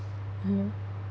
hmm